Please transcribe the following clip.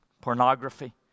pornography